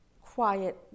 quiet